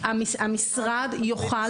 המשרד יוכל,